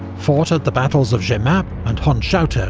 fought at the battles of jemappes and hondschoote, ah